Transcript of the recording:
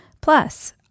Plus